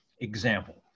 example